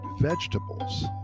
Vegetables